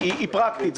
היא פרקטית,